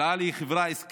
אל על היא חברה עסקית